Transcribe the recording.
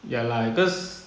ya lah cause